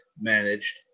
managed